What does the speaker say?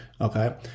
okay